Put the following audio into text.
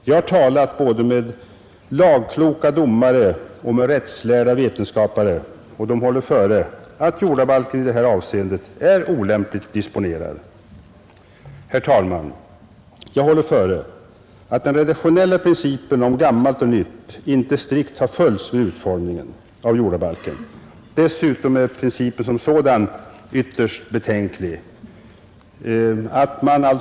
Jag har talat både med lagkloka domare och med rättslärda vetenskapare, och de håller före att jordabalken i det här avseendet är olämpligt disponerad. Herr talman! Jag håller före att den redaktionella principen om gammalt och nytt inte strikt har följts vid utformningen av jordabalken. Dessutom är principen som sådan ytterst betänklig.